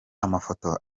amafoto